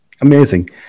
Amazing